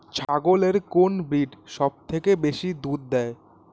ছাগলের কোন ব্রিড সবথেকে বেশি দুধ দেয়?